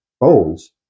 bones